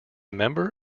member